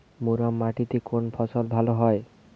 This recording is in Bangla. মুরাম মাটিতে কোন ফসল ভালো হয়?